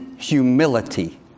Humility